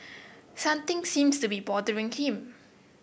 something seems to be bothering him